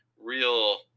real